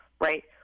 right